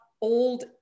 old